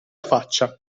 faccia